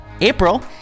April